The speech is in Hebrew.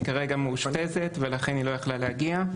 היא כרגע מאושפזת ולכן היא לא יכלה להגיע.